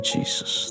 Jesus